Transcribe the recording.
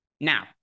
Now